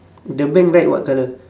the bank what colour